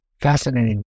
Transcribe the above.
Fascinating